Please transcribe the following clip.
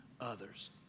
others